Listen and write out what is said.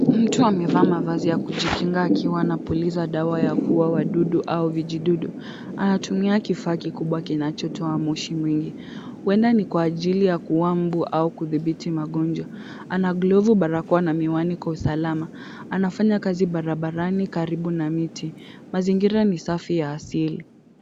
Mtu amevaa mavazi ya kujikinga akiwa anapuliza dawa ya kuua wadudu au vijidudu. Anatumia kifaa kikubwa kinachotoa moshi mwingi. Huenda ni kwa ajili ya kuua mbu au kudhibiti magonjwa. Ana glovu, barakoa na miwani kwa usalama. Anafanya kazi barabarani karibu na miti. Mazingira ni safi ya asili.